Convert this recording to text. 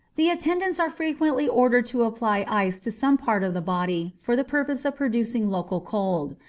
the attendants are frequently ordered to apply ice to some part of the body, for the purpose of producing local cold.